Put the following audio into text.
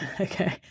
Okay